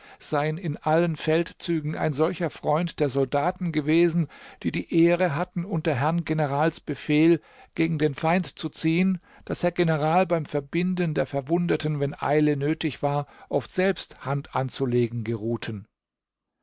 seien in allen feldzügen ein solcher freund der soldaten gewesen die die ehre hatten unter herrn generals befehl gegen den feind zu ziehen daß herr general beim verbinden der verwundeten wenn eile nötig war oft selbst hand anzulegen geruhten